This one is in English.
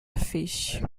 fish